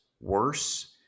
worse